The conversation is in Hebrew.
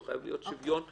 חייב להיות שוויון מלא,